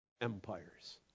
empires